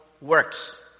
works